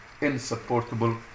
insupportable